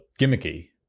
gimmicky